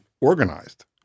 organized